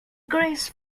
grace